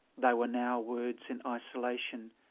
they were now words in isolation,